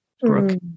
Brooke